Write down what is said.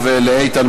נתקבלה.